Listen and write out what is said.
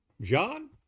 John